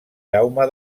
jaume